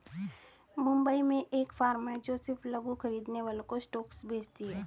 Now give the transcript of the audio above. मुंबई में एक फार्म है जो सिर्फ लघु खरीदने वालों को स्टॉक्स बेचती है